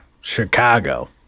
Chicago